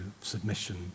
submission